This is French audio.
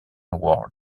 ward